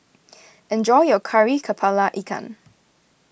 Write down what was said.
enjoy your Kari Kepala Ikan